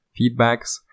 feedbacks